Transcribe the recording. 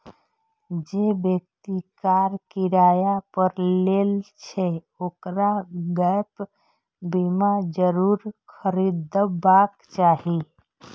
जे व्यक्ति कार किराया पर लै छै, ओकरा गैप बीमा जरूर खरीदबाक चाही